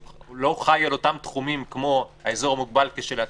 הוא לא חי על אותם תחומים כמו האזור מוגבל כשלעצמו,